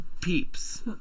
peeps